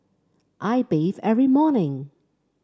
I bathe every morning